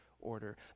order